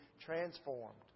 transformed